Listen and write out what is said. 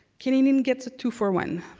canadian gets a two for one.